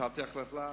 נתתי החלטה,